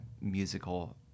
musical